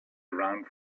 around